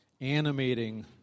animating